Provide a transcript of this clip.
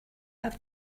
have